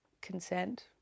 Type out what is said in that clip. consent